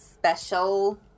Special